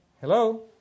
Hello